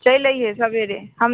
चलि अयहे सबेरे हम